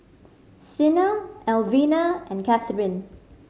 Sina Elvina and Kathryne